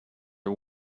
are